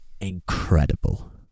incredible